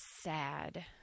Sad